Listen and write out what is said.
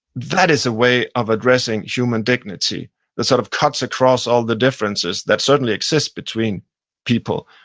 that is a way of addressing human dignity that sort of cuts across all the differences that certainly exist between people,